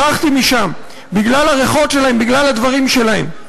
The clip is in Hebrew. ברחתי משם בגלל הריחות שלהם, בגלל הדברים שלהם.